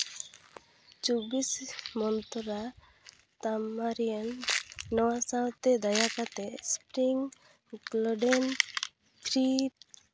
ᱪᱚᱵᱵᱤᱥ ᱢᱚᱱᱛᱚᱨᱟ ᱛᱟᱢᱵᱟ ᱨᱮᱭᱟᱝ ᱱᱚᱣᱟ ᱥᱟᱶᱛᱮ ᱫᱟᱭᱟ ᱠᱟᱛᱮ ᱥᱴᱨᱤᱢ ᱜᱞᱳᱰᱮᱱ